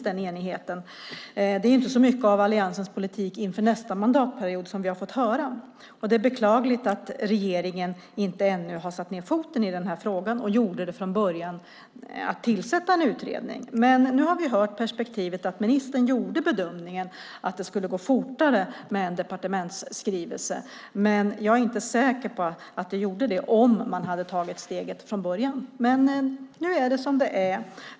Det är inte så mycket av Alliansens politik inför nästa mandatperiod som vi har fått höra. Det är beklagligt att regeringen ännu inte har satt ned foten i denna fråga och inte från början tillsatte en utredning. Men nu har vi hört att ministern gjorde bedömningen att det skulle gå fortare med en departementsskrivelse. Men jag är inte säker på att det hade gjort det om man hade tagit steget från början. Men nu är det som det är.